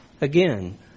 Again